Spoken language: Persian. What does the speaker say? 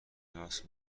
راست